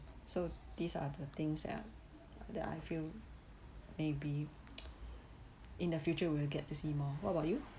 so these are the things that that I feel maybe in the future we'll get to see more what about you